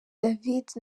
david